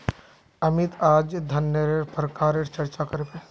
अमित अईज धनन्नेर प्रकारेर चर्चा कर बे